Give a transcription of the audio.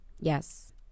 Yes